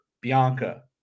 Bianca